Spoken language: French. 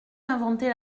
inventer